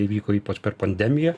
įvyko ypač per pandemiją